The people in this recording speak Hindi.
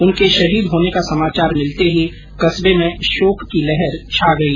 उनके शहीद होने के समाचार मिलते ही कस्बे में शोक की लहर छा गई